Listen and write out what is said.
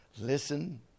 Listen